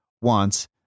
wants